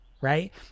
right